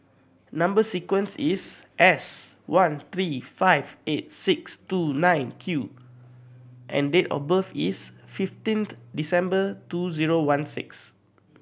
number sequence is S one three five eight six two nine Q and date of birth is fifteenth December two zero one six